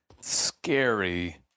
scary